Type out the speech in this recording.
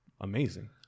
amazing